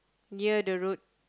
near the road